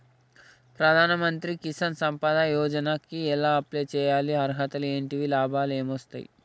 ప్రధాన మంత్రి కిసాన్ సంపద యోజన కి ఎలా అప్లయ్ చేసుకోవాలి? అర్హతలు ఏంటివి? లాభాలు ఏమొస్తాయి?